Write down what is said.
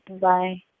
Bye